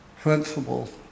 Principles